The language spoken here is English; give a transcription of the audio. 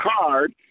card